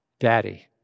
Daddy